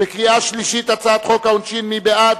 בקריאה השלישית, הצעת חוק העונשין, מי בעד?